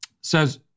Says